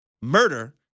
Murder